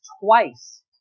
twice